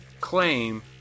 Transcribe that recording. claim